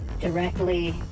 directly